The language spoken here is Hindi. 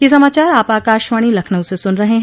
ब्रे क यह समाचार आप आकाशवाणी लखनऊ से सुन रहे हैं